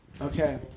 Okay